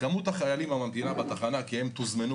וכמות החיילים שממתינה בתחנה כי הם תוזמנו